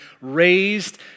raised